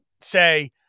say